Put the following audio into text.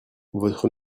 votre